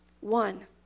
One